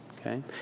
Okay